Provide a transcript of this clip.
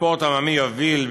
בספורט עממי יוביל,